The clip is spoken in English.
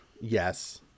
yes